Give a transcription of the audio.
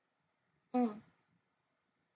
mm